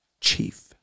chief